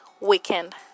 weekend